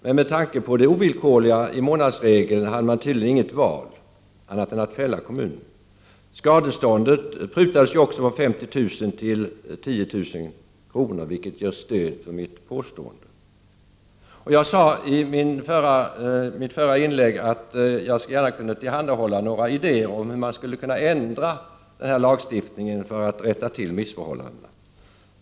Men med tanke på det ovillkorliga i månadsregeln hade man tydligen inte något annat val än att fälla kommunen. Skadeståndet prutades också från 50 000 kr. till 10 000 kr., vilket ger stöd för mitt påstå I mitt förra inlägg sade jag att jag gärna kunde tillhandahålla några idéer om hur man skulle kunna ändra den här lagstiftningen för att rätta till missförhållandena.